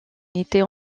n’était